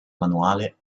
manuale